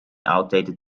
outdated